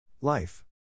Life